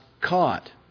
caught